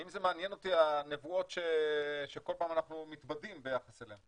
האם זה מעניין אותי הנבואות שכל פעם אנחנו מתבדים ביחס אליהן?